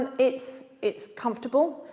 and it's it's comfortable.